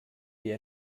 wir